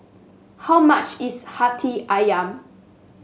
how much is hati ayam